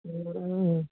ओं